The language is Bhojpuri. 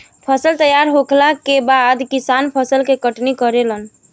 फसल तैयार होखला के बाद किसान फसल के कटनी करेलन